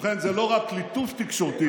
ובכן, זה לא רק ליטוף תקשורתי,